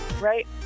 right